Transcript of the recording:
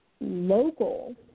local